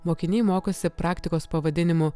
mokiniai mokosi praktikos pavadinimu